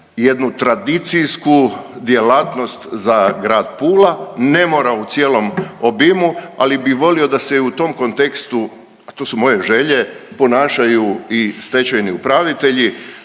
jednu tradicijsku djelatnost za grad Pula. Ne mora u cijelom obimu ali bi volio da se i u tom kontekstu, to su moje želje ponašaju i stečajni upravitelji,